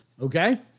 Okay